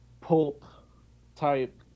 pulp-type